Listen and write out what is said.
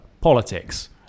politics